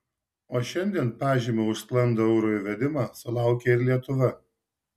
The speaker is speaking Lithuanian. o šiandien pažymio už sklandų euro įvedimą sulaukė ir lietuva